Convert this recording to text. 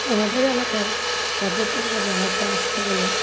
আমাদের এলাকায় পর্যটকরা বেড়াতে আসতে গেলে